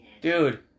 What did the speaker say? Dude